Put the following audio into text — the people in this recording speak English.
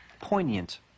poignant